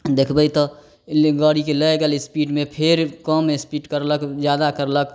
देखबै तऽ गड़ीके लै गेल स्पीडमे फेर कम स्पीड करलक जादा करलक